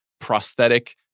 prosthetic